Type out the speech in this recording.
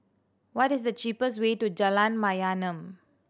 what is the cheapest way to Jalan Mayaanam